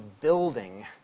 building